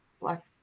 black